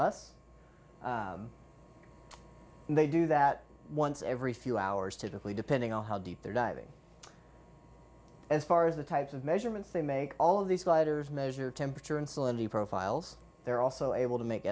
us and they do that once every few hours typically depending on how deep they're diving as far as the types of measurements they make all of these sliders measure temperature and salinity profiles they're also able to make